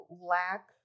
lack